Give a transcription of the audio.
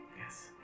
yes